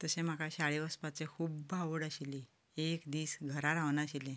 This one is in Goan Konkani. तशें म्हाका शाळेंत वचपाचें खूब आवड आशिल्ली एक दीस घरा रावनाशिल्लें